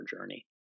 journey